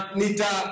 nita